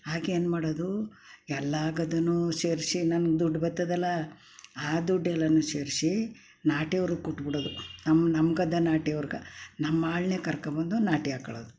ಆಗ ಏನು ಮಾಡೋದು ಎಲ್ಲ ಗದ್ದೆನೂ ಸೇರಿಸಿ ನನ್ಗೆ ದುಡ್ಡು ಬರ್ತದಲ್ಲ ಆ ದುಡ್ಡೆಲ್ಲನೂ ಸೇರ್ಸಿ ನಾಟಿ ಅವ್ರಿಗೆ ಕೊಟ್ಬಿಡೋದು ನಮ್ಮ ನಮ್ಮ ಗದ್ದೆ ನಾಟಿಯವ್ರ್ಗೆ ನಮ್ಮ ಆಳನ್ನೇ ಕರ್ಕೊಂಡ್ಬಂದು ನಾಟಿ ಹಾಕೊಳ್ಳೋದು